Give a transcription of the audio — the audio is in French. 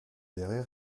verrez